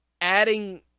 adding